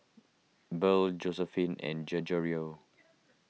Burl Joseline and Gregorio